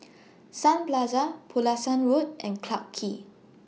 Sun Plaza Pulasan Road and Clarke Quay